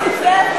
אתה אומר?